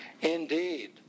indeed